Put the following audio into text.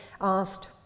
asked